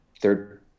third